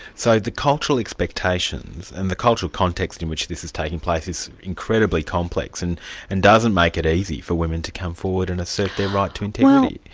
so the cultural expectations and the cultural context in which this is taking place, is incredibly complex and and doesn't make it easy for women to come forward and assert their right to integrity.